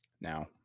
Now